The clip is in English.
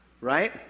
right